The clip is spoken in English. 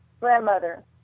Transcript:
grandmother